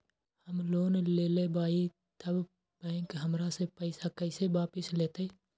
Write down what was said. हम लोन लेलेबाई तब बैंक हमरा से पैसा कइसे वापिस लेतई?